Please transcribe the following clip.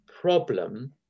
problem